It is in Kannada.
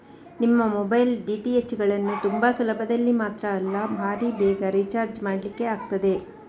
ನಿಮ್ಮ ಮೊಬೈಲು, ಡಿ.ಟಿ.ಎಚ್ ಗಳನ್ನ ತುಂಬಾ ಸುಲಭದಲ್ಲಿ ಮಾತ್ರ ಅಲ್ಲ ಭಾರೀ ಬೇಗ ರಿಚಾರ್ಜ್ ಮಾಡ್ಲಿಕ್ಕೆ ಆಗ್ತದೆ